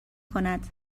کند